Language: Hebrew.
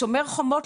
הרצפה.